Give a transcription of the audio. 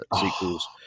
sequels